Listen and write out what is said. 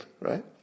right